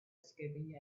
escaping